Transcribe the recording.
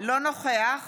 אינו נוכח